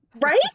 Right